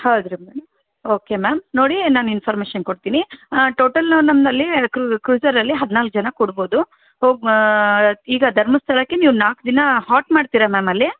ಹೌದ್ರಾ madam okay ma'am ನೋಡಿ ನಾನು ಇನ್ಫಾರ್ಮೇಷನ್ ಕೊಡ್ತೀನಿ ಟೋಟಲ್ಲು ನಮ್ಮಲ್ಲಿ ಕ್ರೂಜರಲ್ಲಿ ಹದಿನಾಲ್ಕು ಜನ ಕೂಡ್ಬೋದು ಈಗ ಧರ್ಮಸ್ಥಳಕ್ಕೆ ನೀವು ನಾಲ್ಕು ದಿನ ಹಾಟ್ ಮಾಡ್ತೀರಾ ಮ್ಯಾಮ್ ಅಲ್ಲಿ